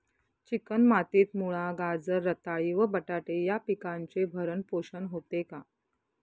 Chicken मातीत मुळा, गाजर, रताळी व बटाटे या पिकांचे भरण पोषण होते का?